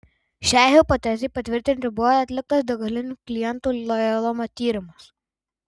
šiai hipotezei patvirtinti buvo atliktas degalinių klientų lojalumo tyrimas